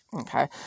Okay